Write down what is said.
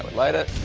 light it!